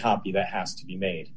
copy that has to be made